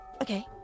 Okay